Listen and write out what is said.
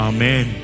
Amen